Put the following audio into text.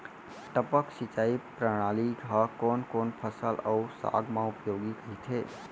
टपक सिंचाई प्रणाली ह कोन कोन फसल अऊ साग म उपयोगी कहिथे?